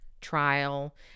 Trial